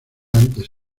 antes